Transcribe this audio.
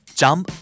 jump